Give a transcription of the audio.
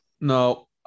No